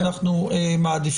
זה מה שאנחנו מעדיפים,